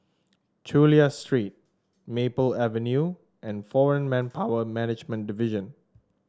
Chulia Street Maple Avenue and Foreign Manpower Management Division